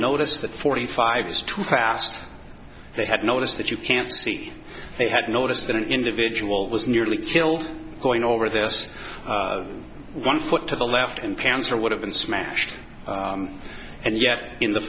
notice that forty five's too fast they had noticed that you can see they had noticed that an individual was nearly killed going over this one foot to the left in pounds or would have been smashed and yet in the